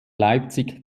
leipzig